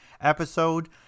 episode